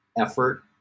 effort